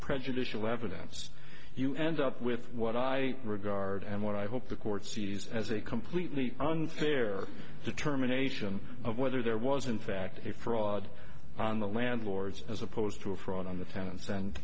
prejudicial evidence you end up with what i regard and what i hope the court sees as a completely unfair determination of whether there was in fact a fraud on the landlords as opposed to a fraud on the tenants and